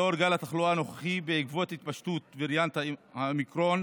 לנוכח גל התחלואה הנוכחי בעקבות התפשטות וריאנט האומיקרון,